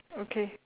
okay